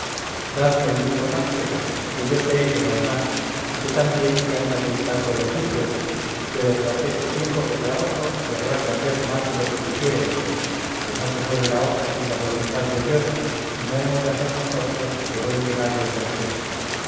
dadme el libro mancebo que yo sé que no hay más y sé también que anda muy flaco el oficio pero tras este tiempo vendrá otro y habrá que hacer más de lo que quisiéremos que no se mueve la hoja sin la voluntad de dios y no hemos de hacer nosotros que se vengue nadie por fuerza